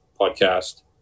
podcast